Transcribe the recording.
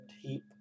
heap